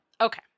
Okay